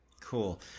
cool